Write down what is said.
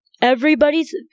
Everybody's